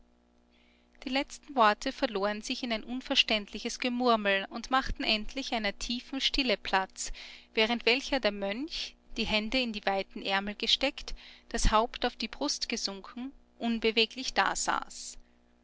die letzten worte verloren sich in ein unverständliches gemurmel und machten endlich einer tiefen stille platz während welcher der mönch die hände in die weiten ärmel gesteckt das haupt auf die brust gesunken unbeweglich da